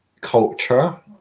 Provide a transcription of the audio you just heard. culture